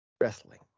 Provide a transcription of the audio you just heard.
wrestling